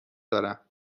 دارم